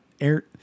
air